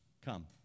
Come